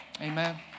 Amen